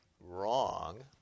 wrong